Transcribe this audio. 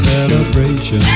Celebration